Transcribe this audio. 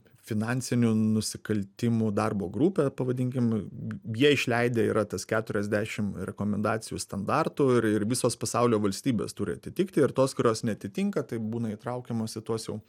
finansinių nusikaltimų darbo grupė pavadinkim jie išleidę yra tas keturiasdešimt rekomendacijų standartų ir ir visos pasaulio valstybės turi atitikti ir tos kurios neatitinka tai būna įtraukiamos į tuos jau